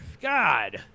God